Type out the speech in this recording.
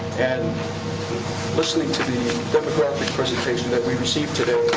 and listening to the demographic presentation that we received today,